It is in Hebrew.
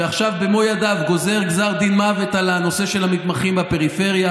שעכשיו במו ידיו גוזר גזר דין מוות על הנושא של המתמחים בפריפריה,